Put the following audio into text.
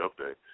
Update